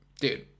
dude